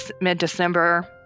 mid-december